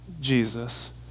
Jesus